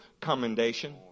commendation